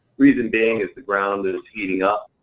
reason being is the ground is heating up,